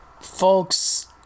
Folks